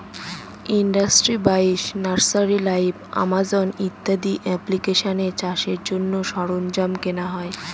industry বাইশ, nursery live, Amazon ইত্যাদি এপ্লিকেশানে চাষের জন্য সরঞ্জাম কেনা হয়